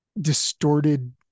distorted